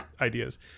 ideas